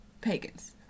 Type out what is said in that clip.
Pagans